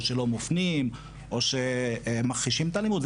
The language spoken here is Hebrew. או שלא מופנים או שמכחישים את האלימות,